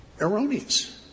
erroneous